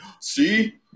see